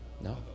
No